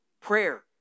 prayer